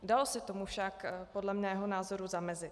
Dalo se tomu však podle mého názoru zamezit.